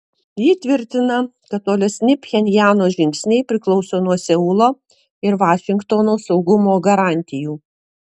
ji tvirtina kad tolesni pchenjano žingsniai priklauso nuo seulo ir vašingtono saugumo garantijų